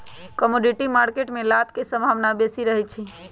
commodity market में लाभ के संभावना बेशी रहइ छै